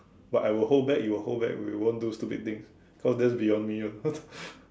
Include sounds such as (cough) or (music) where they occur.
but I will hold back you will hold back we won't do stupid things cause that's beyond me of course (laughs)